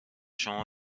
شما